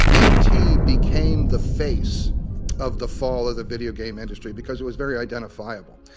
e t. became the face of the fall of the video game industry because it was very identifiable.